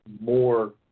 more